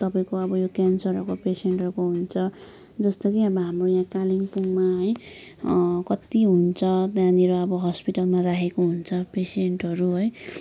तपाईँको अब यो क्यान्सरको पेसेन्टहरू हुन्छ जस्तो कि अब हाम्रो यहाँ कालिम्पोङमा है कति हुन्छ त्यहाँनिर अब हस्पिटलमा राखेको हुन्छ पेसेन्टहरू है